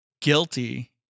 guilty